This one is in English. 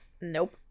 Nope